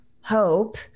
hope